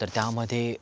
तर त्यामध्ये